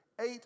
eight